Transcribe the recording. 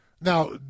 Now